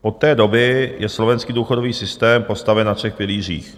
Od té doby je slovenský důchodový systém postaven na třech pilířích.